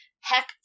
Heck